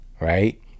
right